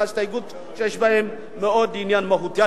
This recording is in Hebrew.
אלא הסתייגויות שיש בהן עניין מהותי מאוד.